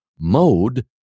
mode